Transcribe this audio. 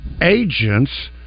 agents